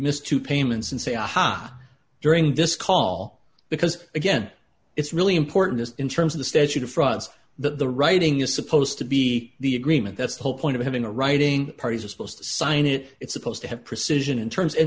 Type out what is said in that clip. missed two payments and say aha during this call because again it's really important in terms of the statute of frauds that the writing is supposed to be the agreement that's the whole point of having a writing parties are supposed to sign it it's supposed to have precision in terms of